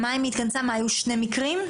היו שני מקרים?